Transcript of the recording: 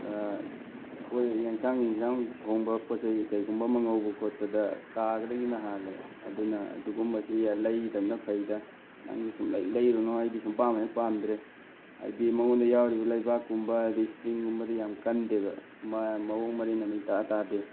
ꯑꯩꯈꯣꯏ ꯏꯟꯖꯥꯡ ꯅꯨꯡꯖꯥꯡ ꯊꯣꯡꯕ ꯄꯣꯠꯆꯩ ꯀꯩꯒꯨꯝꯕ ꯑꯃ ꯉꯧꯕ ꯈꯣꯠꯄꯗ ꯀꯥꯒꯗꯒꯤꯅ ꯍꯥꯜꯂꯦ ꯑꯗꯨꯅ ꯑꯗꯨꯒꯨꯝꯕꯁꯤ ꯂꯩꯗꯕꯅ ꯐꯩꯗ ꯅꯪꯁꯨ ꯁꯨꯡꯂꯩ ꯂꯩꯔꯨꯅꯨ ꯑꯩꯗꯤ ꯁꯨꯡꯄꯥꯝ ꯍꯦꯛ ꯄꯥꯝꯗ꯭ꯔꯦ ꯍꯥꯏꯗꯤ ꯃꯉꯣꯟꯗ ꯌꯥꯎꯔꯤꯕ ꯂꯩꯕꯥꯛꯀꯨꯝꯕ ꯑꯗꯩ ꯏꯁꯄ꯭ꯔꯤꯡꯒꯨꯝꯕꯗꯤ ꯌꯥꯝ ꯀꯟꯗꯦꯕ ꯃꯥ ꯃꯑꯣꯡ ꯃꯔꯤꯟ ꯑꯃ ꯏꯇꯥ ꯇꯥꯗꯦ